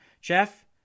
Jeff